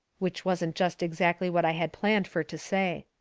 which wasn't jest exactly what i had planned fur to say.